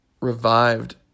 revived